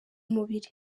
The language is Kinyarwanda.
mubiri